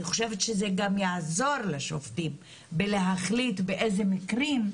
אני חושבת שזה גם יעזור לשופטים בלהחליט באיזה מקרים,